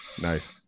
nice